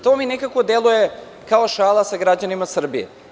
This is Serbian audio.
To mi nekako deluje kao šala sa građanima Srbije.